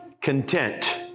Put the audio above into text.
content